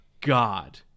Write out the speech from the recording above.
God